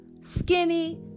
skinny